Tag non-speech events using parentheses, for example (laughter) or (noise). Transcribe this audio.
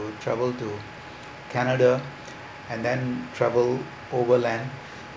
to travel to canada (breath) and then travel overland